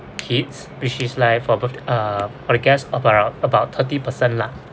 kids which is like for birth uh the guest about about thirty person lah